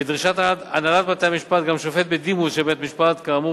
ולדרישת הנהלת בתי-המשפט גם שופט בדימוס של בית-משפט כאמור,